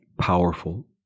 powerful